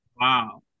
Wow